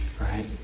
Right